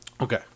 Okay